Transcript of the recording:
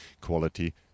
quality